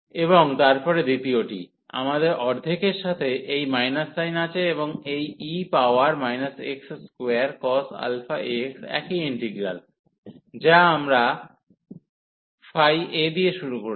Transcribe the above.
এবং তারপরে দ্বিতীয়টি আমাদের অর্ধেকের সাথে এই sin আছে এবং এই e power x square cos αx একই ইন্টিগ্রাল যা আমরা ϕ a দিয়ে শুরু করেছি